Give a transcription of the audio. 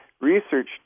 research